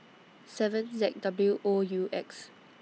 seven Z W O U X